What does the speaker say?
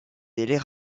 délais